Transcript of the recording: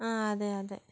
അതെ അതെ